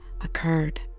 occurred